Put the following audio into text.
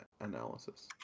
analysis